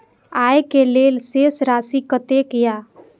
आय के लेल शेष राशि कतेक या?